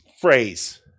phrase